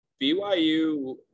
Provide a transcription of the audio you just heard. BYU